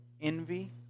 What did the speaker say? envy